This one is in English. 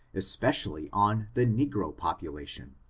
especially on the negro population,